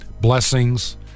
blessings